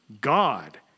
God